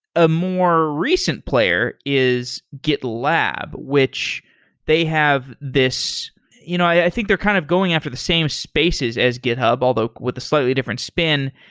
a more recent player is gitlab, which they have this you know i think they're kind of going after the same spaces as github, although with a slightly different spin,